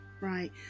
Right